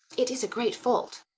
it is a great fault.